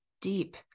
deep